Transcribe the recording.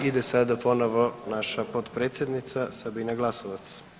Ide sada ponovo naša potpredsjednica Sabina Glasovac.